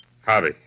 hobby